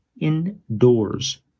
indoors